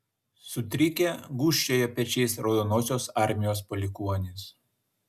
sutrikę gūžčiojo pečiais raudonosios armijos palikuonys